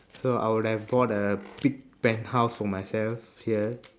so I would have bought a big penthouse for myself here